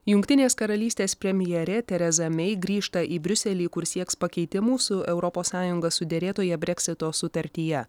jungtinės karalystės premjerė tereza mei grįžta į briuselį kur sieks pakeitimų su europos sąjunga suderėtoje breksito sutartyje